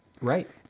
Right